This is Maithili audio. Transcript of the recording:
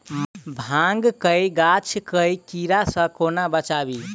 भांग केँ गाछ केँ कीड़ा सऽ कोना बचाबी?